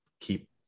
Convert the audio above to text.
keep